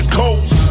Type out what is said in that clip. coast